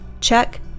check